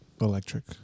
electric